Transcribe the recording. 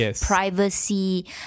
Privacy